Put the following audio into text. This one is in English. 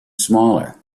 smaller